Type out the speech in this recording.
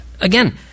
Again